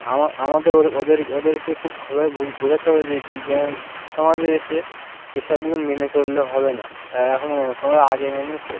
আমা আমাদের ওদের ওদেরকে খুব ভালোভাবে বোঝাতে হবে যে বিজ্ঞান সমাজে এসেছে এইসবগুলো মেনে চললে হবে না এখনও তোমরা আগে মেনেছো